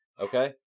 Okay